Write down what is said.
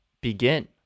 begin